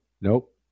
Nope